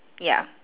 ya